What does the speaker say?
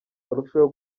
barusheho